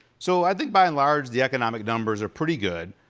so i think by and large the economic numbers are pretty good.